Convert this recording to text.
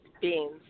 beans